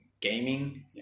gaming